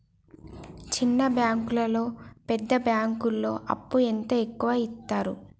చిన్న బ్యాంకులలో పెద్ద బ్యాంకులో అప్పు ఎంత ఎక్కువ యిత్తరు?